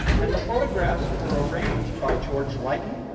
and the photographs were arranged by george lighten,